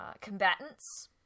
combatants